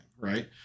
Right